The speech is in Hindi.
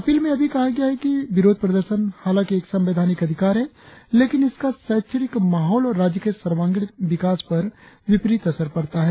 अपील में यह भी कहा गया है कि विरोध प्रदर्शन हालाकि एक संवैधानिक अधिकार है लेकिन इसका शैक्षिक माहौल और राज्य के सर्वांगीण विकास पर विपरीत असर पड़ता है